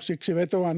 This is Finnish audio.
Siksi vetoan